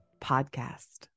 Podcast